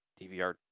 DVR